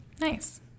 Nice